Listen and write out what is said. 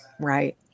right